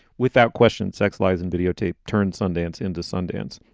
without question, sex, lies and videotape turn sundance into sundance.